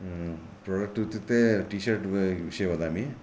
product इत्युक्ते T shirt विषये वदामि